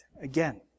again